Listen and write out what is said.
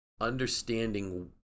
understanding